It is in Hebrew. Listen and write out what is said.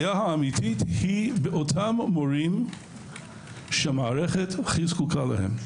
האמיתית היא באותם מורים שהמערכת הכי זקוקה להם,